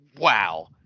wow